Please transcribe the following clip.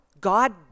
God